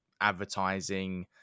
advertising